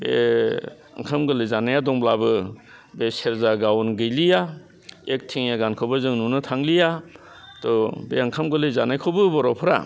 बे ओंखाम गोरलै जानाया दंब्लाबो बे सेरजा गावोन गैलिया एकथिनिया गानखौबो जों नुनो थांलिया थ' बे ओंखाम गोरलै जानायखौबो बर'फ्रा